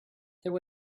there